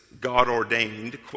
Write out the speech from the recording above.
God-ordained